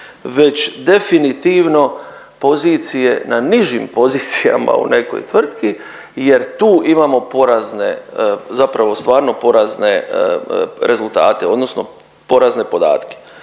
već definitivno pozicije na nižim pozicijama u nekoj tvrtki jer tu imamo porazne, zapravo stvarno porazne rezultate odnosno porazne podatke.